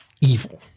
evil